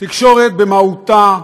תקשורת במהותה,